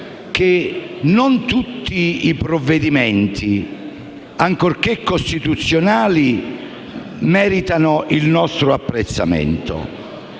non tutti i provvedimenti, ancorché costituzionali, meritano il nostro apprezzamento.